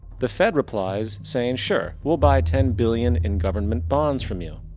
the fed replies saying sure, we'll buy ten billion in government bonds from you.